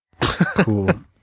Cool